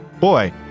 boy